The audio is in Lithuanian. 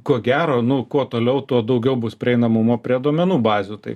ko gero nu kuo toliau tuo daugiau bus prieinamumo prie duomenų bazių tai